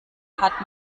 hat